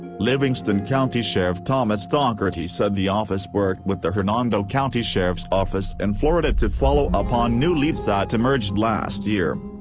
livingston county sheriff thomas dougherty said the office worked with the hernando county sheriff's office in florida to follow up on new leads that emerged last year.